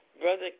Brother